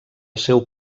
seu